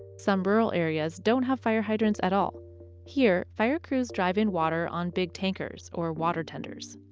some rural areas don't have fire hydrants at all here. fire crews drive in water on big tankers or water tenders.